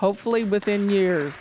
hopefully within your